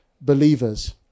believers